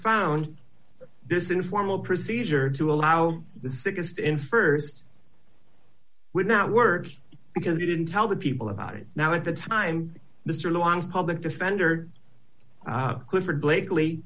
found this informal procedure to allow the sickest in st would not work because he didn't tell the people about it now at the time mister long public defender clifford blakely